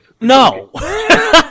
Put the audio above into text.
No